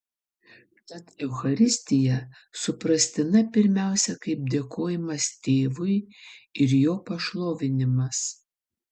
tad eucharistija suprastina pirmiausia kaip dėkojimas tėvui ir jo pašlovinimas